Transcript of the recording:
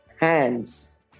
hands